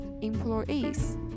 employees